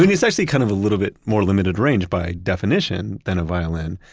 it's actually kind of a little bit more limited range by definition than a violin,